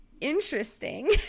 Interesting